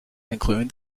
including